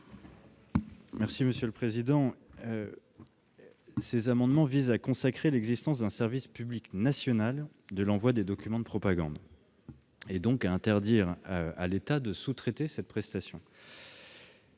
l'avis de la commission ? L'amendement n° 15 vise à consacrer l'existence d'un service public national de l'envoi des documents de propagande, donc à interdire à l'État de sous-traiter cette prestation.